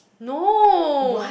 no